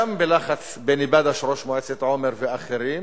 גם בלחץ פיני בדש, ראש מועצת עומר, ואחרים,